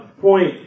point